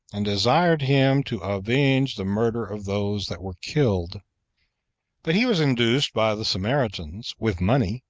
and desired him to avenge the murder of those that were killed but he was induced by the samaritans, with money,